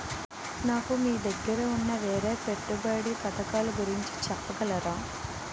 నాకు మీ దగ్గర ఉన్న వేరే పెట్టుబడి పథకాలుగురించి చెప్పగలరా?